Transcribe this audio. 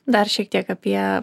dar šiek tiek apie